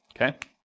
Okay